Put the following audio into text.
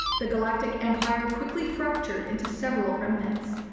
the galactic empire quickly fractured into several remnants.